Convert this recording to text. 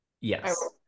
yes